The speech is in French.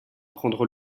prendre